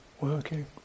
working